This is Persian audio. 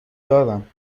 دارم